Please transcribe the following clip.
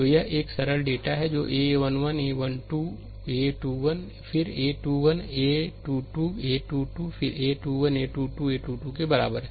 तो यह एक सरल डेल्टा है जोa 1 1 a 1 2 a 1 2 फिर a 21 a 2 2 a 2 2 फिर a 2 1 a 2 2 a 2 2 के बराबर है